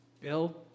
Bill